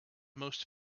most